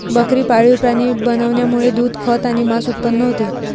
बकरी पाळीव प्राणी बनवण्यामुळे दूध, खत आणि मांस उत्पन्न होते